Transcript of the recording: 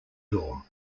door